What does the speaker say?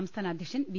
സംസ്ഥാന അധ്യക്ഷൻ ബി